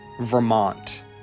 Vermont